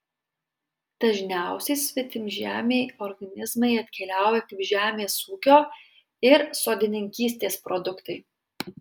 dažniausiai svetimžemiai organizmai atkeliauja kaip žemės ūkio ir sodininkystės produktai